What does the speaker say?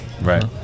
Right